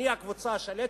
אני הקבוצה השלטת,